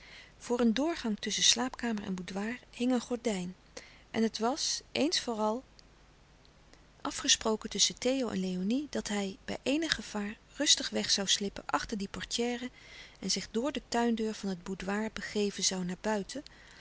voor een doorgang tusschen slaapkamer en boudoir hing een gordijn en het was eens voor al afgesproken tusschen theo en léonie dat hij bij eenig gevaar rustig weg zoû slippen achter die portière en zich door de tuindeur van het boudoir begeven zoû naar buiten